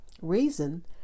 reason